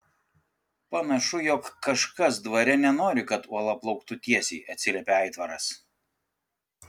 panašu jog kažkas dvare nenori kad uola plauktų tiesiai atsiliepė aitvaras